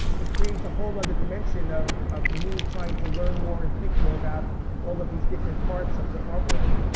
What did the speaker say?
it creates a whole other dimension of of me trying to learn more and think more about all of these different parts of the art world.